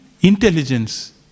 intelligence